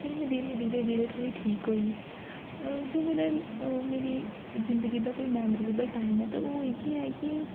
फेर मैं धीरे धीरे धीरे थोह्ड़ी ठीक होई जो मेरा मेरी ज़िन्दगी दा कोई मेमोरेबल टाइम ऐ ते ओह् इ'यै ऐ कि